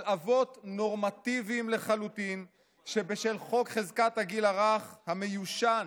על אבות נורמטיביים לחלוטין שבשל חוק חזקת הגיל הרך המיושן